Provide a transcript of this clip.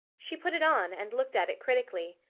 she put it on, and looked at it critically.